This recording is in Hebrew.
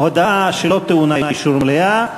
הודעה שלא טעונה אישור מליאה.